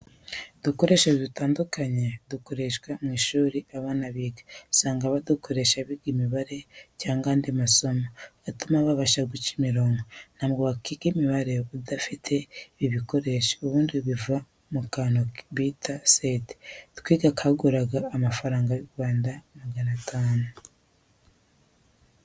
Udukoresho dutandukanye dukoreshwa mu ishuri abana biga, usanga badukoresha biga imibare cyangwa andi masomo atuma babasha guca imirongo. Ntabwo wakwiga imibare udafite ibi bikoresho ubundi biva mu kantu bita seti. Twiga kaguraga amafaranga y'u Rwanda magana atanu.